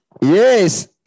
yes